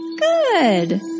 Good